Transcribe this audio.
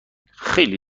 خیلی